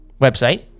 website